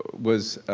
was